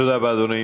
תודה רבה, אדוני.